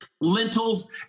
lentils